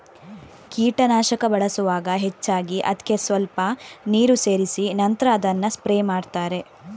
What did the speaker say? ಕೀಟನಾಶಕ ಬಳಸುವಾಗ ಹೆಚ್ಚಾಗಿ ಅದ್ಕೆ ಸ್ವಲ್ಪ ನೀರು ಸೇರಿಸಿ ನಂತ್ರ ಅದನ್ನ ಸ್ಪ್ರೇ ಮಾಡ್ತಾರೆ